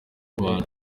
bantu